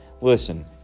listen